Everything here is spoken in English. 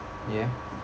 ya